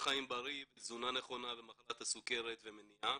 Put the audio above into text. חיים בריא ותזונה נכונה ומחלת הסוכרת ומניעה.